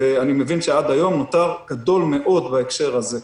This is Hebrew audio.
ואני מבין שעד היום נותר גדול מאוד בהקשר הזה.